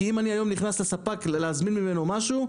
כי אם אני היום נכנס לספק להזמין ממנו משהו,